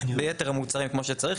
כמו שאתה יודע ביתר המוצרים כמו שצריך,